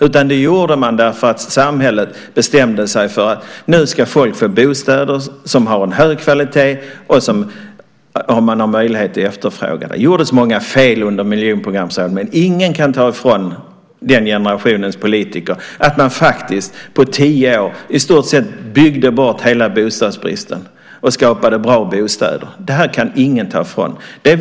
Man gjorde det därför att samhället bestämde sig för att folk skulle få bostäder av hög kvalitet som man hade möjlighet att efterfråga. Det gjordes många fel under miljonprogrammet, men ingen kan ta ifrån den generationens politiker att man på tio år i stort sett byggde bort hela bostadsbristen och skapade bra bostäder. Det kan ingen ta ifrån dem.